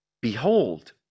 behold